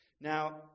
Now